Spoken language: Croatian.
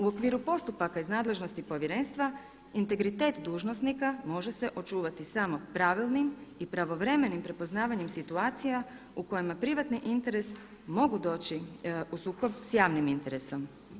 U okviru postupaka iz nadležnosti povjerenstva integritet dužnosnika može se očuvati samo pravilnim i pravovremenim prepoznavanjem situacija u kojima privatni interes mogu doći u sukob s javnim interesom.